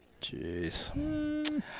Jeez